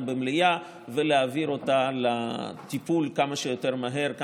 במליאה ולהעביר אותה לטיפול כאן בכנסת כמה שיותר מהר.